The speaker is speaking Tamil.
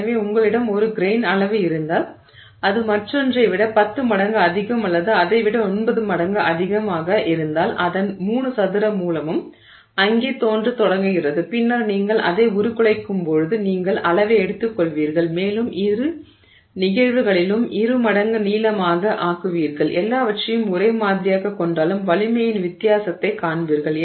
எனவே உங்களிடம் ஒரு கிரெய்ன் அளவு இருந்தால் அது மற்றொன்றை விட 10 மடங்கு அதிகம் அல்லது அதை விட 9 மடங்கு அதிகமாக இருந்தால் அதன் 3 சதுர மூலமும் அங்கே தோன்றத் தொடங்குகிறது பின்னர் நீங்கள் அதை உருக்குலைக்கும்போது நீங்கள் அளவை எடுத்துக்கொள்வீர்கள் மேலும் இரு நிகழ்வுகளிலும் இரு மடங்கு நீளமாக ஆக்குவீர்கள் எல்லாவற்றையும் ஒரே மாதிரியாகக் கொண்டாலும் வலிமையின் வித்தியாசத்தைக் காண்பீர்கள்